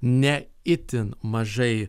ne itin mažai